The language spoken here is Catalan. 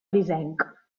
grisenc